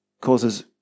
causes